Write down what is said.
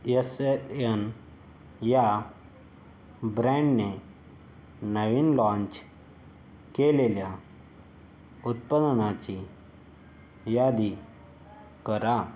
येसेयेन या ब्रँडने नवीन लाँच केलेल्या उत्पादनाची यादी करा